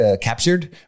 captured